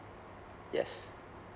yes